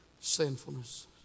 sinfulness